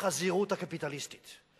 החזירות הקפיטליסטית.